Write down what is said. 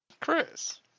Chris